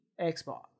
Xbox